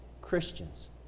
Christians